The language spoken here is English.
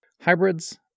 Hybrids